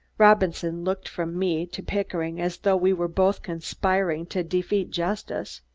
robinson looked from me to pickering as though we were both conspiring to defeat justice.